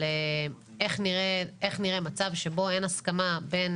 של איך נראה מצב שבו אין הסכמה בין